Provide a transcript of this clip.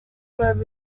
was